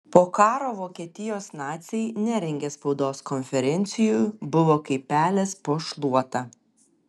po karo vokietijos naciai nerengė spaudos konferencijų buvo kaip pelės po šluota